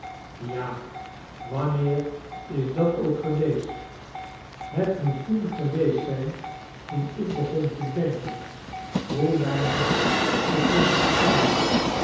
ja wanneer is dat ook geweest het moet toen geweest zijn toen ik begon te denken hoe weinig ik kon besparen